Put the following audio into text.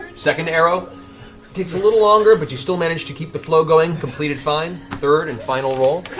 second arrow takes a little longer, but you still manage to keep the flow going, complete it fine. third and final roll.